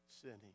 sinning